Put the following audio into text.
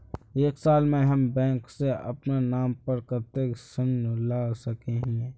एक साल में हम बैंक से अपना नाम पर कते ऋण ला सके हिय?